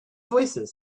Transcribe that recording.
raised